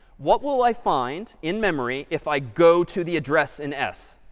what will i find in memory if i go to the address in s?